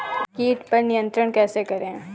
कीट पर नियंत्रण कैसे करें?